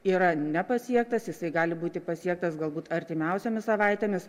yra nepasiektas jisai gali būti pasiektas galbūt artimiausiomis savaitėmis